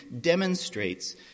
demonstrates